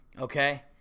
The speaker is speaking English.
okay